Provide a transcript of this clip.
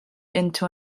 into